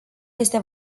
este